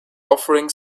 offering